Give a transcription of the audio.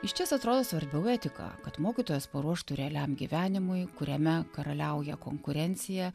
išties atrodo svarbiau etiką kad mokytojas paruoštų realiam gyvenimui kuriame karaliauja konkurencija